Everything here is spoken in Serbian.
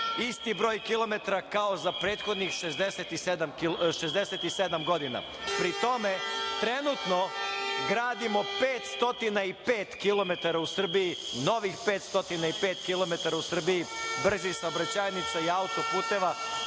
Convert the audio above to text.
isti broj kilometara kao za prethodnih 67 godina. Pri tome, trenutno gradimo 505 kilometara u Srbiji, novih 505 kilometara u Srbiji brzih saobraćajnica i puteva.